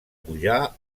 pujar